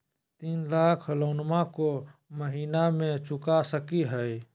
तीन लाख लोनमा को महीना मे चुका सकी हय?